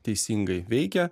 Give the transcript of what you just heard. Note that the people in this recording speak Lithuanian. teisingai veikia